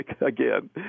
again